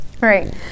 right